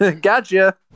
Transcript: gotcha